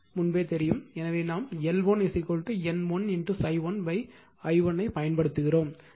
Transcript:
எனவே நாம் L1 N1 ∅1 i1 ஐப் பயன்படுத்துகிறோம்